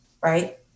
right